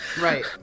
right